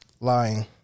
lying